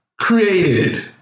created